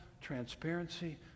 transparency